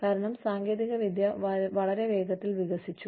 കാരണം സാങ്കേതികവിദ്യ വളരെ വേഗത്തിൽ വികസിച്ചു